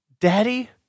Daddy